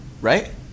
right